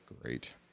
Great